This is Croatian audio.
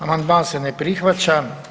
Amandman se ne prihvaća.